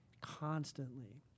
constantly